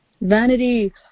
Vanity